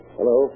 Hello